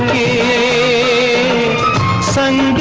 a son